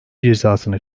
cezasını